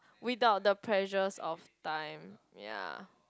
without the pressures of time ya